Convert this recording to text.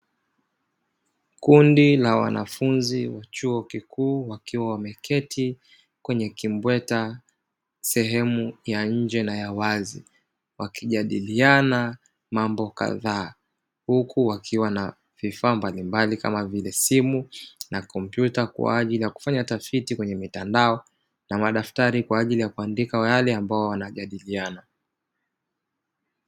Kundi la wanafunzi wa chuo kikuu, wakiwa wameketi kwenye kimbweta; sehemu ya njema na ya wazi, wakijadiliana mambo kadhaa huku wakiwa na vifaa mbalimbali kama vile simu na kompyuta, kwa ajili ya kufanya tafiti kwenye mitandao na madaftari kwa ajili ya kuandika yale ambayo wanajadiliana.